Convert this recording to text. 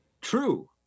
true